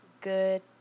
good